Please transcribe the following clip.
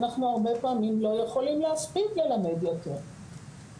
אנחנו הרבה פעמים לא יכולים להספיק ללמד יותר,